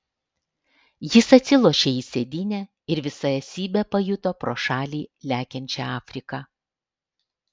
jis atsilošė į sėdynę ir visa esybe pajuto pro šalį lekiančią afriką